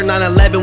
9-11